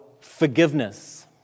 forgiveness